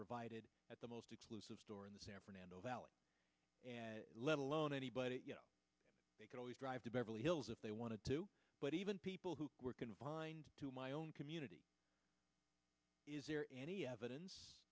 provided at the most exclusive store in the san fernando valley let alone anybody they could always drive to beverly hills if they wanted to but even people who were confined to my own community is there any evidence